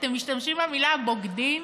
אתם משתמשים במילה "בוגדים".